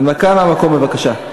הנמקה מהמקום, בבקשה.